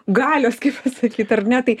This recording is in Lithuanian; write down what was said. galios kaip pasakyt ar ne tai